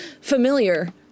familiar